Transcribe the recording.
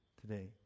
today